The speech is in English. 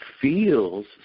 feels